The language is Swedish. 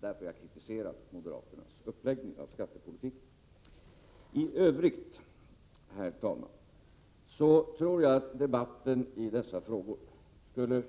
Det är därför jag kritiserar moderaternas uppläggning av skattepolitiken. I övrigt, herr talman, tror jag att debatten i dessa frågor skulle